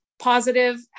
positive